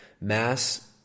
mass